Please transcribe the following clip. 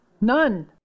None